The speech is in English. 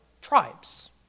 tribes